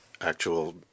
actual